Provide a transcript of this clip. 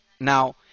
Now